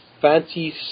fancy